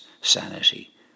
sanity